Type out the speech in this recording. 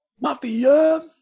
Mafia